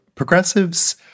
Progressives